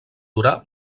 durar